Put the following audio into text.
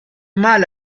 mal